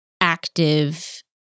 active